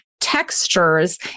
textures